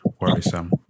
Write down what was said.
worrisome